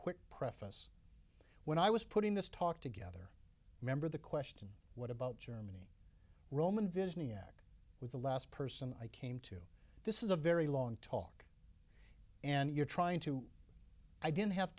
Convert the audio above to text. quick preface when i was putting this talk together remember the question what about germany roman vision was the last person i came to this is a very long talk and you're trying to i didn't have